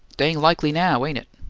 dang likely now, ain't it!